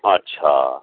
अच्छा